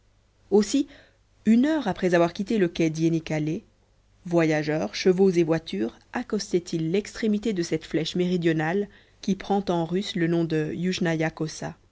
aussi une heure après avoir quitté le quai d'iénikalé voyageurs chevaux et voiture accostaient ils l'extrémité de cette flèche méridionale qui prend en russe le nom de ioujnaïa kossa